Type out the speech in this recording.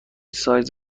سایز